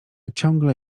ciągłe